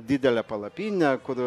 didelę palapinę kur